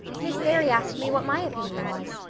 miss barry asked me what my opinion was,